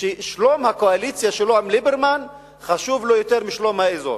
ששלום הקואליציה שלו עם ליברמן חשוב לו יותר משלום האזור,